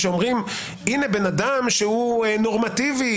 הנה בן אדם נורמטיבי,